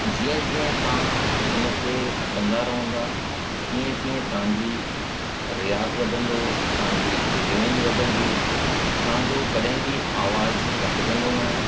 जीअं जीअं तव्हां हुनखे कंदा रहंदा तीअं तीअं तव्हांजी रियाज़ वधंदो तव्हांजी रेंज वधंदी तव्हांजो कॾहिं बि आवाज़ु कटिजंदो न